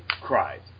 cried